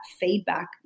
feedback